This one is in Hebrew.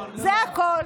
זה הכול.